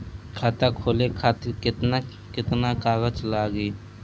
खाता खोले खातिर केतना केतना कागज लागी?